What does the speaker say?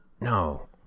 no